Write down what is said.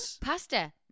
pasta